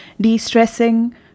De-stressing